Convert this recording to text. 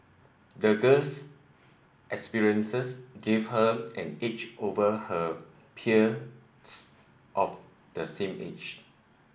the girl's experiences gave her an edge over her peers of the same age